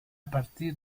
partir